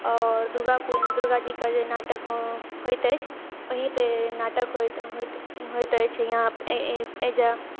आओर दुर्गा पु दुर्गा जीके जे नाटक हो होइत अछि ओहीपर नाटक होइत होइत होइत अछि यहाँपर एहि एहि एहि जगह